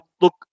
Look